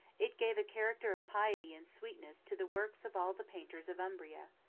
it gave a character of piety and sweetness to the works of all the painters of umbria.